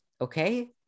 okay